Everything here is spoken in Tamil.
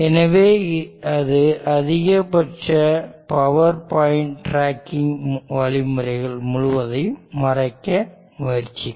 எனவே அது அதிகபட்ச பவர் பாயிண்ட் டிராக்கிங் வழிமுறைகள் முழுவதையும் மறைக்க முயற்சிக்கும்